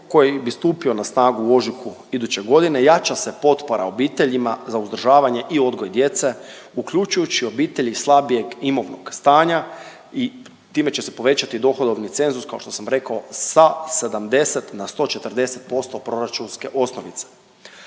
koji bi stupio na snagu u ožujku iduće godine jača se potpora obiteljima za uzdržavanje i odgoj djece uključujući i obitelji slabijeg imovnoga stanja i time će se povećati dohodovni cenzus kao što sam rekao sa 70 na 140 posto proračunske osnovice.